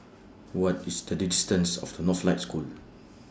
What IS The distance of Northlight School